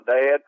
dad